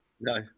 No